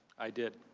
i did.